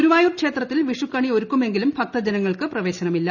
ഗുരുവായൂർ ക്ഷേത്ര ത്തിൽ വിഷുക്കണി ഒരുക്കുമെങ്കിലും ഭക്തജനങ്ങൾക്ക് പ്രവേശനമില്ല